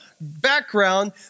background